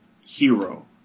hero